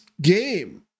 game